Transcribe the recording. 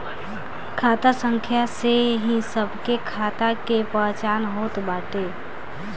खाता संख्या से ही सबके खाता के पहचान होत बाटे